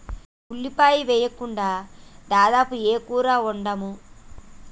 ఉల్లిపాయలు వేయకుండా దాదాపు ఏ కూర వండము